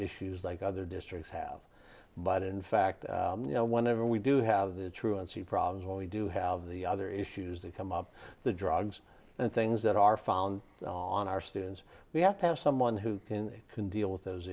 issues like other districts have but in fact you know whenever we do have the truancy problems when we do have the other issues that come up the drugs and things that are found on our students we have to have someone who can they can deal with those